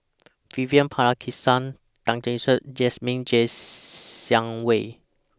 Vivian Balakrishnan Tan Lark Sye and Jasmine Ser Xiang Wei